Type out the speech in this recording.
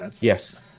Yes